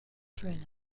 thriller